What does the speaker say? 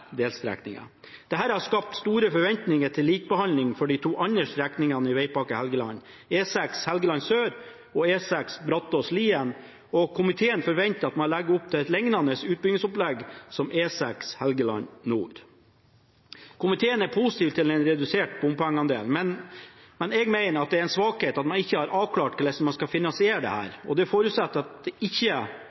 har skapt store forventninger til likebehandling for de to andre strekningene i Vegpakke Helgeland, E6 Helgeland sør og E6 Brattås–Lien, og komiteen forventer at man legger opp til et lignende utbyggingsopplegg som for E6 Helgeland nord. Komiteen er positiv til en redusert bompengeandel, men jeg mener det er en svakhet at man ikke har avklart hvordan man skal finansiere dette, og forutsetter at dette ikke